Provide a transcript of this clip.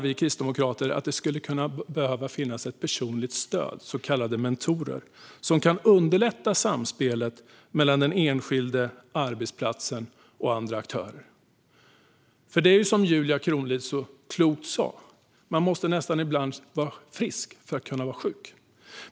Vi kristdemokrater menar att det då skulle behöva finnas ett personligt stöd, så kallade mentorer, som kan underlätta samspelet mellan den enskilde, arbetsplatsen och andra aktörer. Som Julia Kronlid så klokt sa måste man ibland nästan vara frisk för att kunna vara sjuk.